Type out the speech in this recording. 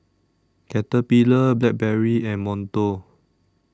Caterpillar Blackberry and Monto